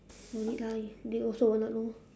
no need lah they also will not know